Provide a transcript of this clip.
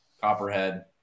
Copperhead